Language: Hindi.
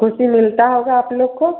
ख़ुशी मिलती होगी आप लोग को